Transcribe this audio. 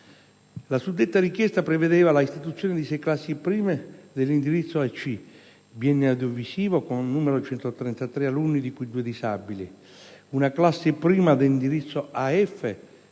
La suddetta richiesta prevedeva la costituzione di sei classi prime dell'indirizzo AC (biennio audiovisivo, con 133 alunni di cui due disabili), una classe prima dell'indirizzo AF